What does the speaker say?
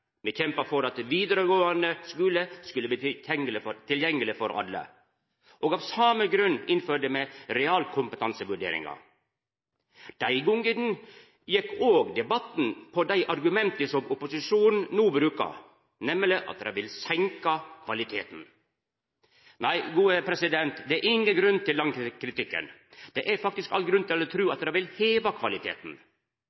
Av same grunn innførte me realkompetansevurdering. Dei gongene gjekk òg debatten på dei argumenta som opposisjonen no brukar, nemleg at det ville senka kvaliteten. Det er ingen grunn til den kritikken. Det er faktisk all grunn til å tru